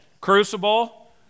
crucible